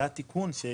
זה התיקון.